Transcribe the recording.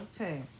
Okay